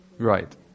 Right